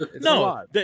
no